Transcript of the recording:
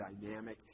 dynamic